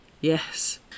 Yes